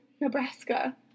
Nebraska